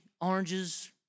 oranges